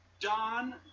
Don